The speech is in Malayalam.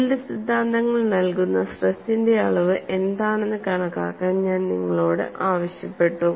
യീൽഡ് സിദ്ധാന്തങ്ങൾ നൽകുന്ന സ്ട്രെസിന്റെ അളവ് എന്താണെന്ന് കണക്കാക്കാൻ ഞാൻ നിങ്ങളോട് ആവശ്യപ്പെട്ടു